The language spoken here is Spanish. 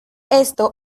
esto